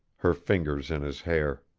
her fingers in his hair.